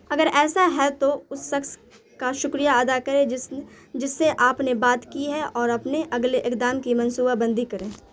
اگر ایسا ہے تو اس شخص کا شکریہ ادا کریں جس سے آپ نے بات کی ہے اور اپنے اگلے اقدام کی منصوبہ بندی کریں